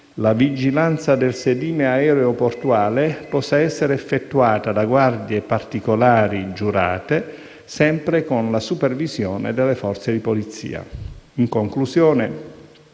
la vigilanza del sedime aeroportuale possa essere effettuata da guardie particolari giurate, sempre con la supervisione delle forze di polizia. In conclusione,